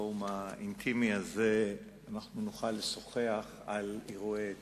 בפורום האינטימי הזה אנחנו נוכל לשוחח על אירועי אתמול.